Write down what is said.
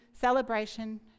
celebration